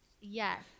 Yes